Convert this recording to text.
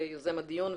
יוזם הדיון,